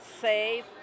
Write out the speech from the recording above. safe